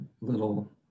little